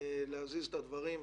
להזיז את הדברים,